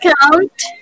count